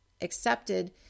accepted